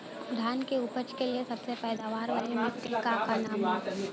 धान की उपज के लिए सबसे पैदावार वाली मिट्टी क का नाम ह?